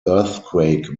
earthquake